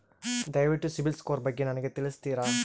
ದಯವಿಟ್ಟು CIBIL score ಬಗ್ಗೆ ನನಗೆ ತಿಳಿಸ್ತೀರಾ?